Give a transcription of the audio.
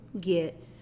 get